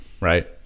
right